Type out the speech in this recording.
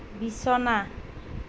বিছনা